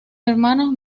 hermanos